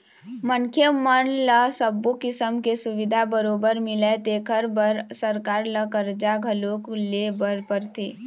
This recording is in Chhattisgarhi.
मनखे मन ल सब्बो किसम के सुबिधा बरोबर मिलय तेखर बर सरकार ल करजा घलोक लेय बर परथे